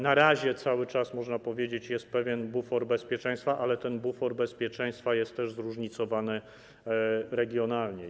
Na razie cały czas, można powiedzieć, jest pewien bufor bezpieczeństwa, ale ten bufor bezpieczeństwa jest też zróżnicowany regionalnie.